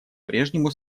прежнему